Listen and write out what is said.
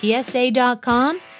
PSA.com